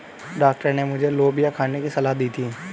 doctor ने मुझे लोबिया खाने की सलाह दी थी